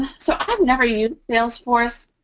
so, i've never used salesforce.